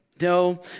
No